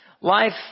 Life